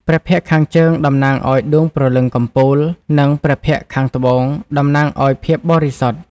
ព្រះភ័ក្ត្រខាងជើង តំណាងឱ្យ ដូងព្រលឹងកំពូល និង ព្រះភ័ក្ត្រខាងត្បូង តំណាងឱ្យភាពបរិសុទ្ធ ។។